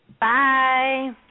Bye